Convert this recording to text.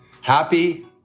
happy